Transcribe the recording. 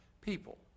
people